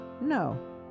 No